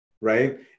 right